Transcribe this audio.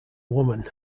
woman